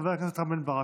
חבר הכנסת רם בן ברק,